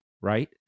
Right